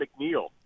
McNeil